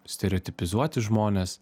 stereotipizuoti žmones